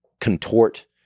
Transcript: contort